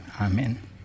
Amen